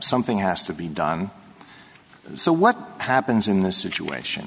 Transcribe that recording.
something has to be done so what happens in this situation